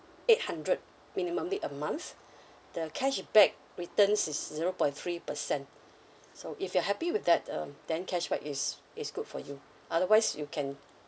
eight hundred minimumly a month the cashback returns is zero point three percent so if you're happy with that um then cashback is is good for you otherwise you can